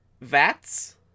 Vats